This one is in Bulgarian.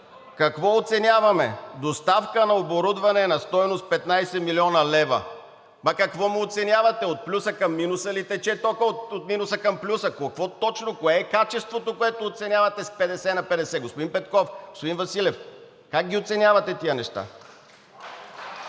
Какво оценяваме? Доставка на оборудване на стойност 15 млн. лв. Ама какво му оценявате от плюса към минуса ли тече токът, или от минуса към плюса? Какво точно? Кое е качеството, което оценявате с 50 на 50? Господин Петков, господин Василев, как ги оценявате тези неща?!